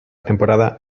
temporada